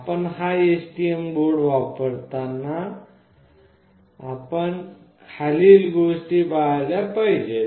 आपण हा STM board वापरताना आपण खालील गोष्टी पाळल्या पाहिजेत